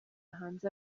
hanze